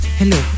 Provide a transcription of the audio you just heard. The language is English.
hello